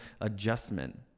adjustment